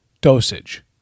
Dosage